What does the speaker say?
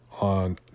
on